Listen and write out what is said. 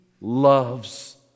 loves